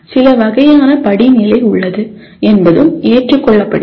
சில வகையான படிநிலை உள்ளது என்பதும் ஏற்றுக்கொள்ளப்படுகிறது